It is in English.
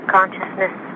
Consciousness